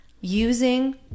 Using